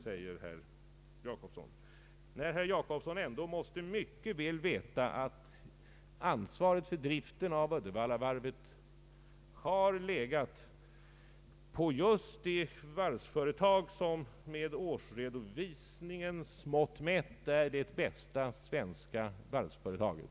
Herr Jacobsson bör väl ändå mycket väl veta att ansvaret för driften av Uddevallavarvet har legat hos just det varvsföretag som mätt med årsredovisningen som mått är det bästa svenska varvsföretaget.